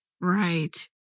right